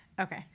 Okay